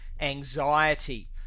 anxiety